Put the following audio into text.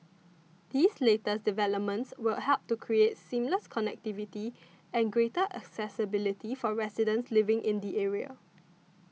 these latest developments will help to create seamless connectivity and greater accessibility for residents living in the area